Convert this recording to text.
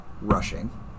rushing